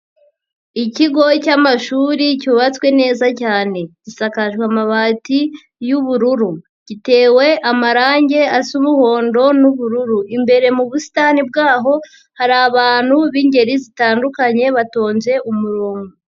Ikigo cyamashuri cyubatswe neza cyane gisakaje amabati y'ubururu, gitewe amarangi asa umuhondo n'ubururu, imbere mu busitani bwaho hari abantu b'ingeri zitandukanye batonze umurongo.